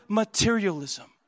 materialism